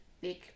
big